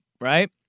right